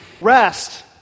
rest